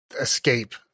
escape